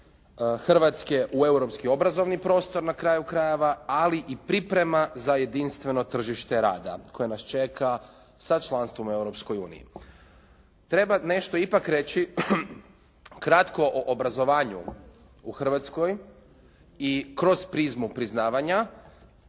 Hrvatske u europski obrazovni prostor na kraju krajeva ali i priprema za jedinstveno tržište rada koje nas čeka sa članstvom u Europskoj uniji. Treba nešto ipak reći kratko o obrazovanju u Hrvatskoj i kroz prizmu priznavanja